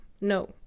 No